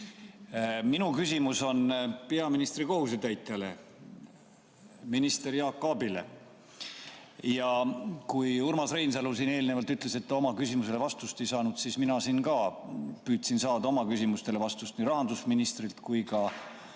Minu küsimus on peaministri kohusetäitjale, minister Jaak Aabile. Kui Urmas Reinsalu eelnevalt ütles, et ta oma küsimusele vastust ei saanud, siis mina siin ka püüdsin saada oma küsimustele vastust nii rahandusministrilt kui ka